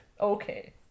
Okay